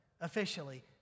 officially